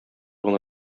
гына